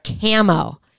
camo